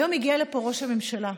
היום הגיע לפה ראש הממשלה,